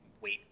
wait